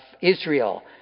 Israel